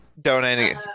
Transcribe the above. donating